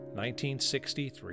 1963